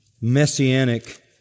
messianic